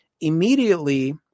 Immediately